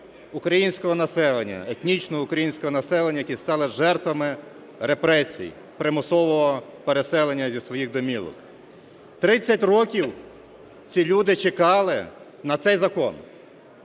українського населення, етнічного українського населення, які стали жертвами репресій, примусового переселення зі своїх домівок. 30 років ці люди чекали на цей закон